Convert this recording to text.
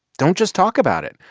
don't just talk about it.